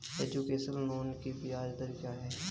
Education loan की ब्याज दर क्या है?